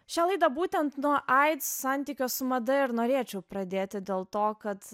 šią laidą būtent nuo aids santykio su mada ir norėčiau pradėti dėl to kad